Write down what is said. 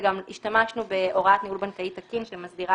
וגם השתמשנו בהוראת ניהול בנקאי תקין שמסדירה